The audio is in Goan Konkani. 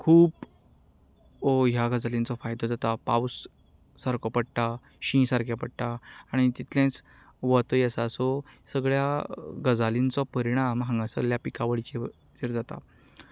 खूब ह्या गजालींचो फायदो जाता पावस सारको पडटा शीं सारकें पडटा आनी तितलेंच वतूय आसा सो सगळ्या गजालींचो परिणाम हांगासल्ल्या पिकावळीचेर जाता